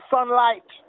Sunlight